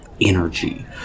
energy